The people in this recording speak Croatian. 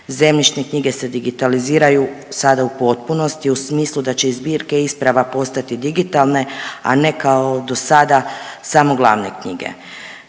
Zemljišne knjige se digitalizaciju sada u potpunosti u smislu da će i zbirke isprava postati digitalne, a ne kao do sada samo glavne knjige.